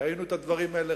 ראינו את הדברים האלה,